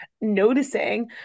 noticing